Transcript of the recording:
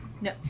No